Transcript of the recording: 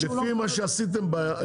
הכוונה היא שזה יהיה מנהל מינהל הרכב.